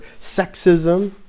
sexism